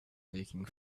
taking